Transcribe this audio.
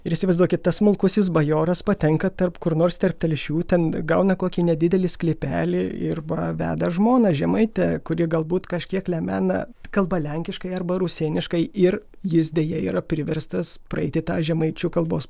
ir įsivaizduokit tas smulkusis bajoras patenka tarp kur nors tarp telšių ten gauna kokį nedidelį sklypelį ir va veda žmoną žemaitę kuri galbūt kažkiek lemena kalba lenkiškai arba rusėniškai ir jis deja yra priverstas praeiti tą žemaičių kalbos